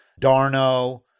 Darno –